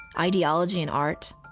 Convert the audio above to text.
ideology and art,